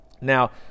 Now